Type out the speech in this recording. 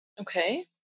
Okay